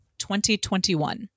2021